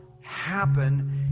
happen